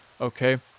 Okay